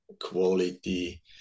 quality